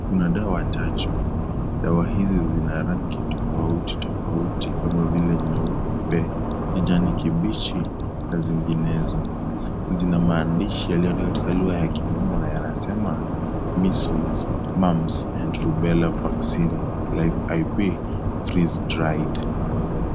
Kuna dawa tatu, dawa hizi zina rangi tofauti tofauti kama vile nyeupe, kijani kibichi, na zinginezo zina maandishi yaliyoandikwa kwa lugha ya kimombo na yanasema;(cs) measles, mumps and rubella vaccine live IP freez dried. (cs)